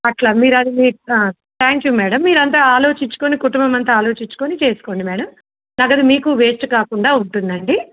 అట్లా మీరుది మీ థ్యాంక్ యూ మేడం మీరంతా ఆలోచించుకొని కుటుంబం అంత ఆలోచించుకొని చేసుకోండి మేడం నగదు మీకు వేస్ట్ కాకుండా ఉంటుందండి